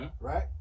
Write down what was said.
right